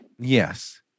Yes